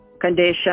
condition